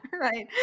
Right